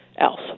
else